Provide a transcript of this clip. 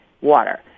water